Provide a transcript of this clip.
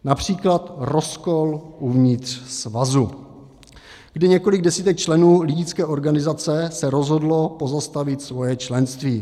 Například rozkol uvnitř svazu, kdy několik desítek členů lidické organizace se rozhodlo pozastavit svoje členství.